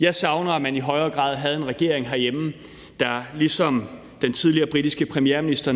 Jeg savner, at man i højere grad havde en regering herhjemme, der ligesom den tidligere britiske premierminister